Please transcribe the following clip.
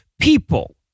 people